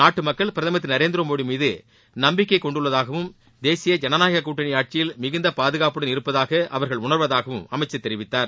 நாட்டு மக்கள் பிரதமர் திரு நரேந்திர மோடி மீது நம்பிக்கை கொண்டுள்ளதாவும் தேசிய ஜனநாயக கூட்டணி மிகுந்த பாதுகாப்புடன் இருப்பதாக அவர்கள் உணர்வதாகவும் அமைச்சர் தெரிவித்தார்